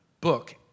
book